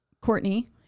Courtney